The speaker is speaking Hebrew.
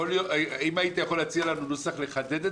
אם אני יכול להציע נוסח לחדד את